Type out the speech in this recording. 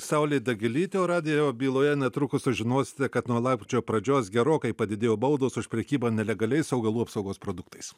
saulė dagilytė o radijo byloje netrukus sužinosite kad nuo lapkričio pradžios gerokai padidėjo baudos už prekybą nelegaliais augalų apsaugos produktais